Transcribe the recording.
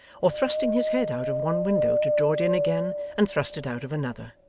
or thrusting his head out of one window to draw it in again and thrust it out of another.